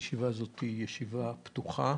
הישיבה הזאת היא ישיבה פתוחה.